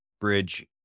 bridge